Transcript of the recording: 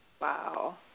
Wow